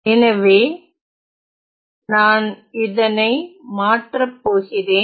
எனவே நான் இதனை மாற்றப்போகிறேன்